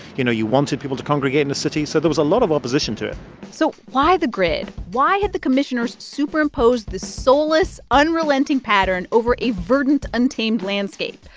you know, you wanted people to congregate in the city, so there was a lot of opposition to it so why the grid? why had the commissioners superimposed this soulless, unrelenting pattern over a verdant, untamed landscape?